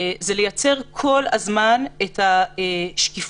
זה לייצר כל הזמן את השקיפות,